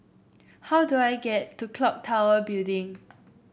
how do I get to clock Tower Building